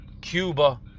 Cuba